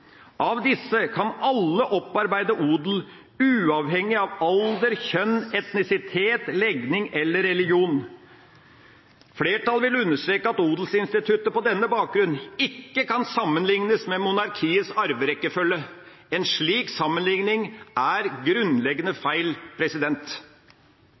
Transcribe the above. Av disse kan alle opparbeide odel, uavhengig av alder, kjønn, etnisitet, legning eller religion. Flertallet vil understreke at odelsinstituttet på denne bakgrunn ikke kan sammenlignes med monarkiets arverekkefølge. En slik sammenligning er grunnleggende